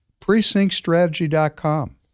precinctstrategy.com